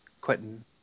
Quentin